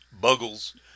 Buggles